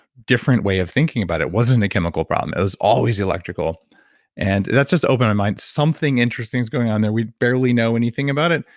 different way of thinking about it. it wasn't a chemical problem. it was always electrical and that just opened my mind. something interesting is going on there. we barely know anything about it.